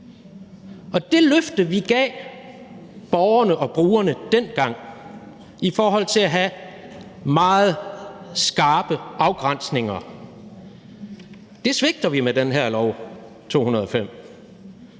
Og det løfte, vi gav borgerne og brugerne dengang, om at have meget skarpe afgrænsninger svigter vi med det her lovforslag,